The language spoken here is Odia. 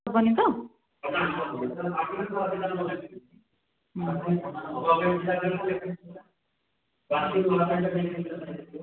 ହେବନି ତ